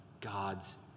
God's